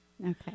Okay